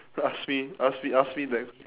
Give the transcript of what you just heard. ask me ask me ask me that